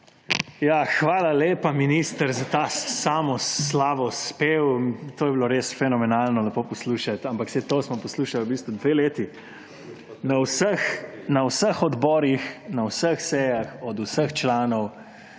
Hvala lepa minister, za ta samoslavospev. To je bilo res fenomenalno lepo poslušati, ampak saj to smo poslušali v bistvu dve leti. Na vseh odborih, na vseh sejah od vseh članov